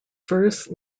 verse